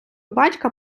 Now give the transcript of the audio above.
батька